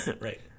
Right